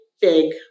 big